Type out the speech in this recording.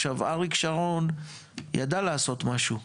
עכשיו, אריק שרון ידע לעשות משהו,